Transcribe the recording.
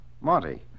Monty